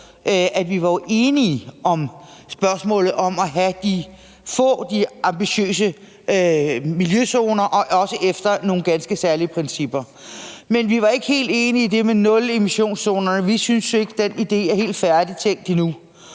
at vi var enige om spørgsmålet om at få de ambitiøse miljøzoner og også efter nogle ganske særlige principper. Men vi var ikke helt enige i det med nulemissionszonerne. Vi synes ikke, at den idé er helt færdigtænkt endnu,